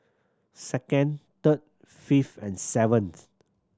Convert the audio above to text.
second third fifth and seventh